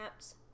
apps